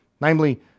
Namely